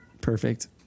perfect